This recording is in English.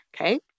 okay